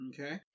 Okay